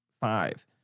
five